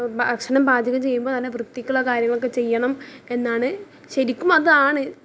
ഭക്ഷണം പാചകം ചെയ്യുമ്പോ നല്ല വൃത്തിക്കുള്ള കാര്യങ്ങളക്കെ ചെയ്യണം എന്നാണ് ശരിക്കും അതാണ്